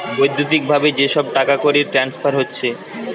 বৈদ্যুতিক ভাবে যে সব টাকাকড়ির ট্রান্সফার হচ্ছে